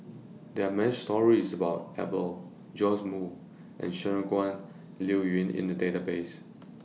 There Are stories about Iqbal Joash Moo and Shangguan Liuyun in The Database